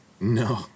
No